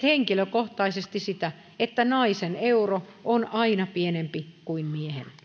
henkilökohtaisesti sitä että naisen euro on aina pienempi kuin miehen